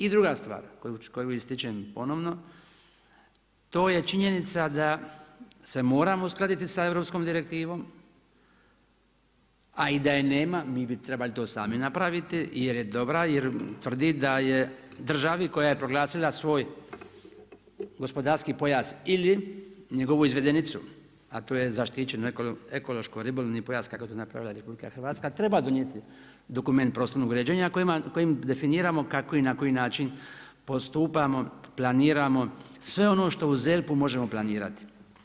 I druga stvar koju ističem ponovno, to je činjenica da se moramo uskladiti sa europskom direktivom, a i da je nema mi bi trebali to sami napraviti jer je dobra, jer tvrdi da je državi koja je proglasila svoj gospodarski pojas ili njegovu izvedenicu, a to je zaštićeno ekološko-ribolovni pojas kako je to napravila Republika Hrvatska treba donijeti dokument prostornog uređenja kojim definiramo kako i na koji način postupamo, planiramo sve ono što u ZERP-u možemo planirati.